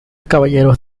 caballeros